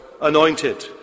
anointed